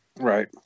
Right